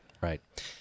right